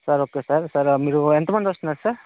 sir okay sir sir మీరు ఎంత మంది వస్తున్నారు సార్